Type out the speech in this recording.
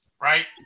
right